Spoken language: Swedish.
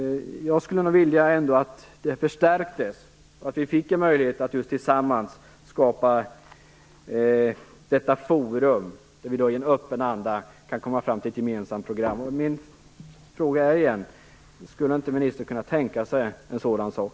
Jag skulle ändå vilja att detta förstärktes till en möjlighet att tillsammans skapa detta forum, där vi i en öppen anda kan komma fram till ett gemensamt program. Min fråga är återigen: Skulle inte ministern kunna tänka sig något sådant?